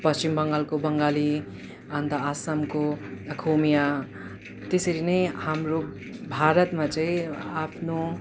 पश्चिम बङ्गालको बङ्गाली अन्त आसामको खोमिया त्यसरी नै हाम्रो भारतमा चाहिँ आफ्नो